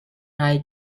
hay